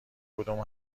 کدوم